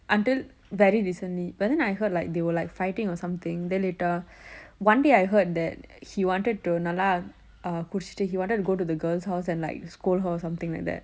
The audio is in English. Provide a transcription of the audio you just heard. until very recently but then I heard like they were like fighting or something then later one day I heard that he wanted to நல்லா குடிச்சிட்டு:nalla kudichittu uh he wanted to go to the girl's house and scold her something like that